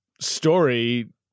story